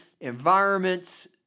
environments